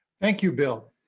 thank you, bill.